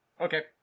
Okay